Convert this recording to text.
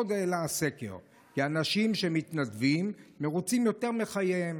עוד העלה הסקר כי אנשים שמתנדבים מרוצים יותר מחייהם.